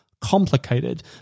complicated